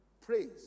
praise